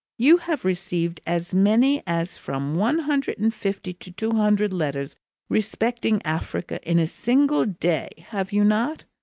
you have received as many as from one hundred and fifty to two hundred letters respecting africa in a single day, have you not?